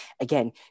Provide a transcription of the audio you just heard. again